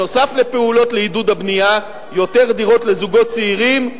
נוסף על פעולות לעידוד הבנייה של יותר דירות לזוגות צעירים.